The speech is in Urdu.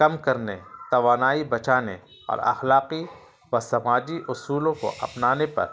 کم کرنے توانائی بجانے اور اخلاقی و سماجی اصولوں کو اپنانے پر